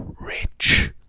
rich